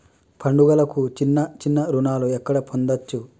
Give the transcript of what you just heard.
పండుగలకు చిన్న చిన్న రుణాలు ఎక్కడ పొందచ్చు?